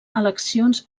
eleccions